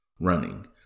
running